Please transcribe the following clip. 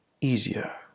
easier